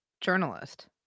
journalist